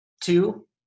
two